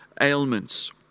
ailments